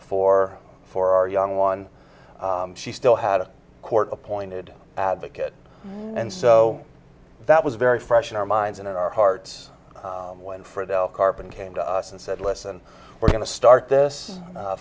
for for our young one she still had a court appointed advocate and so that was very fresh in our minds and in our hearts when for the carbon came to us and said listen we're going to start this